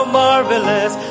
marvelous